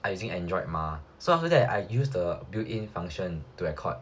I using android mah so after that I use the built in function to record